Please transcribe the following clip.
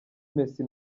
messi